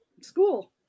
school